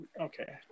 okay